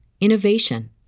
innovation